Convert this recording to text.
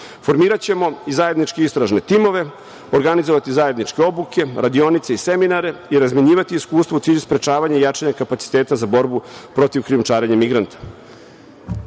Formiraćemo i zajedničke istražne timove, organizovati zajedničke obuke, radionice i seminare i razmenjivati iskustva u cilju sprečavanja i jačanja kapaciteta za borbu protiv krijumčarenja migranata. Najbliži